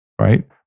right